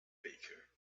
baker